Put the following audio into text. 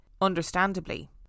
Understandably